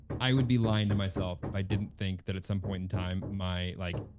i would be lying to myself if i didn't think that at some point in time, my like,